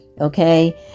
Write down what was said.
okay